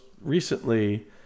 recently